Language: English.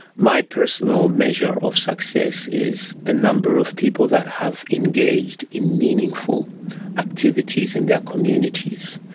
my personal measure of success is the number of people that have engaged in meaningful activities in their communities,